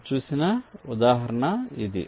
మీరు చూపించిన ఉదాహరణ ఇది